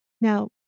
Now